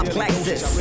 Plexus